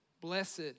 Blessed